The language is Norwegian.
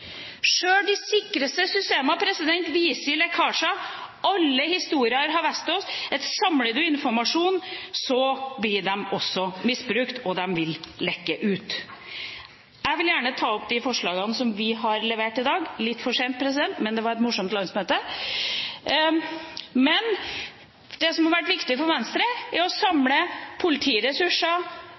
Sjøl de sikreste systemene viser lekkasjer. Alle historier har vist oss at samler du informasjon, blir den også misbrukt, og den vil lekke ut. Jeg vil gjerne ta opp de forslagene som vi har levert i dag – litt for sent, president, men det var et morsomt landsmøte! Det som har vært viktig for Venstre, har vært å samle politiressurser